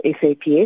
SAPS